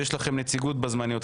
ששם יש לכם נציגות בוועדות הזמניות,